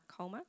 Colmer